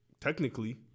technically